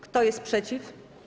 Kto jest przeciw?